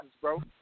bro